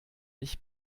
mich